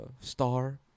star